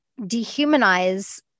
dehumanize